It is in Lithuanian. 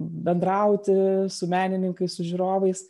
bendrauti su menininkais su žiūrovais